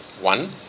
One